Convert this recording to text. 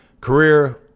career